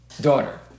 daughter